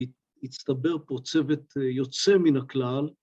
‫הצטבר פה צוות יוצא מן הכלל.